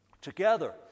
together